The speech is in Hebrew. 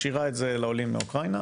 משאירה את זה לעולים מאוקראינה.